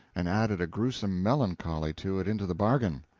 and added a grewsome melancholy to it into the bargain.